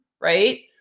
right